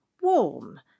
warm